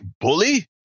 bully